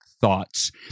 thoughts